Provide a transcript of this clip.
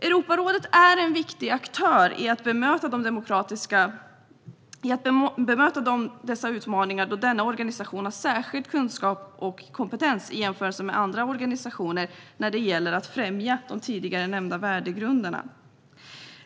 Europarådet är en viktig aktör i att bemöta dessa utmaningar då denna organisation har särskild kunskap och kompetens, i jämförelse med andra organisationer, vad gäller att främja de tidigare nämnda värdegrunderna.